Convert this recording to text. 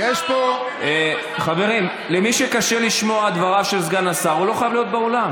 אתה בקריאה ראשונה גם,